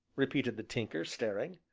repeated the tinker, staring.